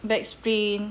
back sprain